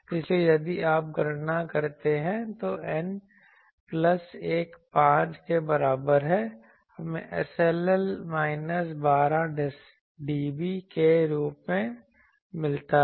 इसलिए यदि आप गणना करते हैं तो N प्लस 1 5 के बराबर है हमें SLL माइनस 12 dB के रूप में मिलता है